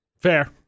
Fair